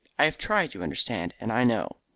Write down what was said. i have tried, you understand, and i know.